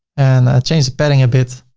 and i change the padding a bit,